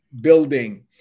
building